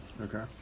Okay